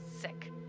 sick